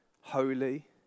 holy